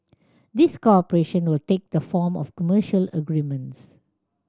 this cooperation will take the form of commercial agreements